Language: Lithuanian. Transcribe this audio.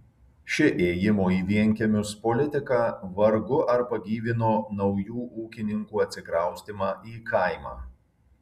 ši ėjimo į vienkiemius politika vargu ar pagyvino naujų ūkininkų atsikraustymą į kaimą